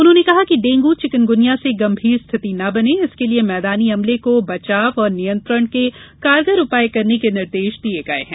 उन्होंने कहा कि डेंगू चिकुनगुनिया से गंभीर स्थिति न बने इसके लिये मैदानी अमले को बचाव और नियंत्रण के कारगर उपाय करने के निर्देश दिये गये हैं